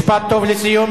משפט טוב לסיום.